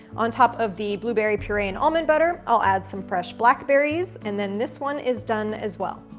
on top of the blueberry puree and almond butter i'll add some fresh blackberries and then this one is done as well.